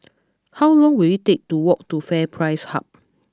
how long will it take to walk to FairPrice Hub